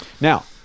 now